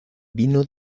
vino